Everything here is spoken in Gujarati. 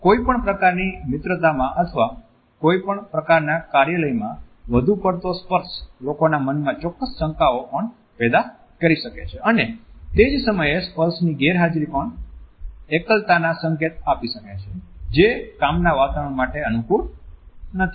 કોઈપણ પ્રકારની મિત્રતામાં અથવા કોઈપણ પ્રકારના કાર્યાલયમાં વધુ પડતો સ્પર્શ લોકોના મનમાં ચોક્કસ શંકાઓ પણ પેદા કરી શકે છે અને તે જ સમયે સ્પર્શની ગેરહાજરી પણ એકલતાના સંકેત આપી શકે છે જે કામના વાતાવરણ માટે અનુકૂળ નથી